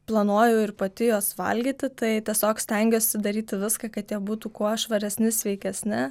planuoju ir pati juos valgyti tai tiesiog stengiuosi daryti viską kad būtų kuo švaresni sveikesni